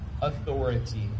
authority